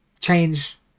change